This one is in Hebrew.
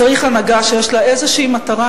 צריך הנהגה שיש לה איזו מטרה,